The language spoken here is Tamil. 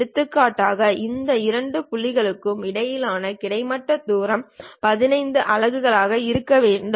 எடுத்துக்காட்டாக இந்த 2 புள்ளிகளுக்கு இடையிலான கிடைமட்ட தூரம் 15 அலகுகளாக இருக்க வேண்டும்